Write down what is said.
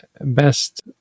Best